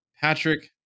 Patrick